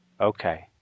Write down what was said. Okay